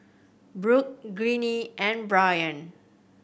Burk Ginny and Brian